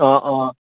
অঁ অঁ